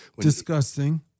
Disgusting